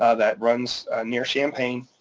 ah that runs near champaign.